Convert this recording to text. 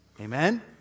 Amen